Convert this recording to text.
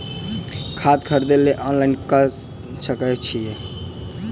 खाद खरीदे केँ लेल ऑनलाइन कऽ सकय छीयै?